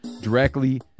directly